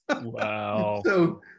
Wow